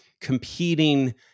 competing